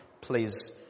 please